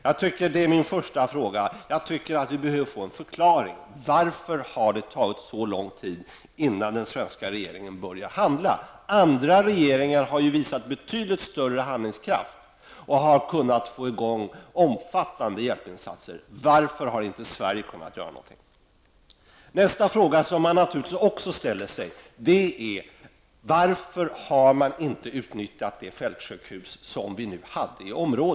Jag tycker att vi behöver få en förklaring till varför det tog så lång tid innan den svenska regeringen började handla. Det är min första fråga. Andra regeringar har visat betydligt större handlingskraft och har kunnat få i gång omfattande hjälpinsatser. Varför har inte Sverige kunnat göra någonting? Nästa fråga som man naturligtvis också ställer sig är: Varför har man inte utnyttjat det fältsjukhus som vi hade i området?